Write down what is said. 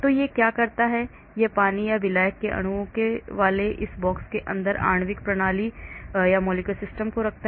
तो यह क्या करता है यह पानी या विलायक के अणुओं वाले एक बॉक्स के अंदर आणविक प्रणाली को रखता है